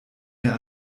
mehr